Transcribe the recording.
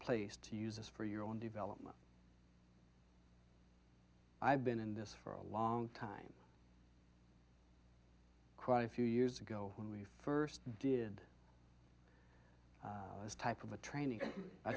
place to use this for your own development i've been in this for a long time quite a few years ago when we first did this type of a training i